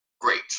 great